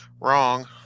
wrong